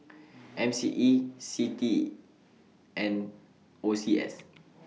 M C E CITI and O C S